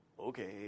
okay